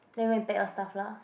then you go pack your stuff lah